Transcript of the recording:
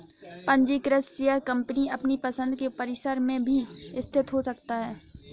पंजीकृत share company अपनी पसंद के परिसर में भी स्थित हो सकता है